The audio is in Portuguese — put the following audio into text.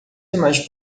demais